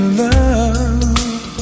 love